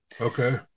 Okay